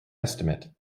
estimate